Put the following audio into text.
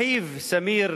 אחיו סמיר